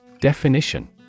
Definition